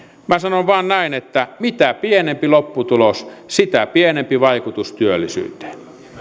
minä sanon vain näin että mitä pienempi lopputulos sitä pienempi vaikutus työllisyyteen